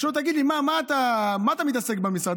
תגיד לי, במה אתה מתעסק במשרד?